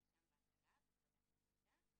היא ישנה עכשיו בעגלה ופגשתם אותה.